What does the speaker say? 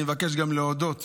אני מבקש גם להודות